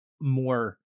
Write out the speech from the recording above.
more